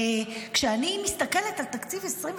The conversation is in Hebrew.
אני מסתכלת על תקציב 2025,